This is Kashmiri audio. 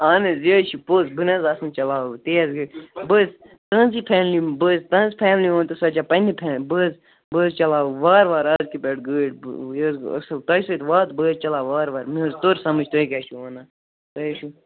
اَہن حظ یہِ حظ چھِ پوٚز بہٕ نہٕ حظ آسہٕ نہٕ چَلاوان تیز گٲڑۍ بہٕ حظ تُہٕںٛز یہِ فیملی بہٕ حظ تُہٕنٛز فیملی مٲنۍتو سۄ چھےٚ پنٛنہِ فیملی بہٕ حظ بہٕ حظ چلاوٕ وارٕ وارٕ آزکہِ پٮ۪ٹھ گٲڑۍ یہِ حظ گوٚو أصٕل تۄہہِ سۭتۍ وادٕ بہٕ حظ چَلاوٕ وارٕ وارٕ مےٚ حظ توٚر سَمٕج تُہۍ کیٛاہ چھِو وَنان تۄہے چھُو